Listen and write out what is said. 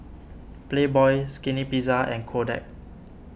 Playboy Skinny Pizza and Kodak